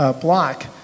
block